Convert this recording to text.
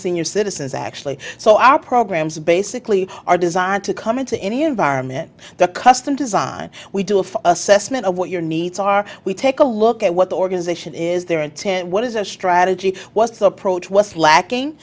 senior citizens actually so our programs basically are designed to come into any environment the custom design we do a full assessment of what your needs are we take a look at what the organization is their intent what is a strategy was the approach was lacking